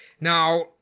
Now